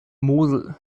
mosel